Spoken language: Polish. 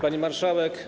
Pani Marszałek!